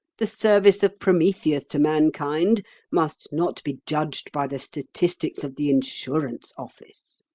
the service of prometheus to mankind must not be judged by the statistics of the insurance office.